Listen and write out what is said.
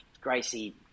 Gracie